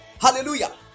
Hallelujah